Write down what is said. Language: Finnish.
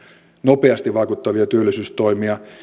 nopeasti vaikuttavia työllisyystoimia